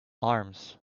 arms